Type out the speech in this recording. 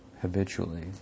habitually